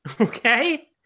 okay